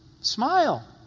Smile